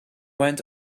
went